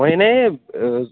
মই এনে